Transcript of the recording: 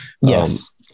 yes